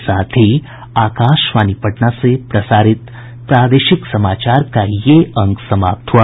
इसके साथ ही आकाशवाणी पटना से प्रसारित प्रादेशिक समाचार का ये अंक समाप्त हुआ